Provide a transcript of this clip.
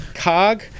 cog